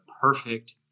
perfect